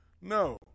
No